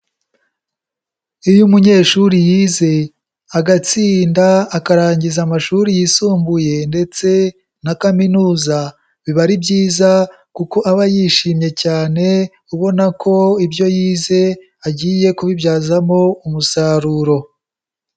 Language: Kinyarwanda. Iyo umunyeshuri yize agatsinda akarangiza amashuri yisumbuye ndetse na kaminuza biba ari byiza kuko aba yishimye cyane ubona ko ibyo yize agiye kubibyazamo umusaruro.